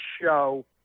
show